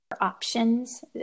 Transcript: options